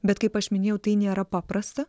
bet kaip aš minėjau tai nėra paprasta